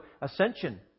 Ascension